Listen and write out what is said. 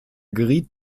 geriet